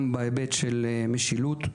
גם בהיבט של משילות,